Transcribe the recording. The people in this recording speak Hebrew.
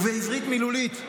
ובעברית מילולית,